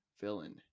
villain